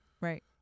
Right